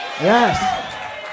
Yes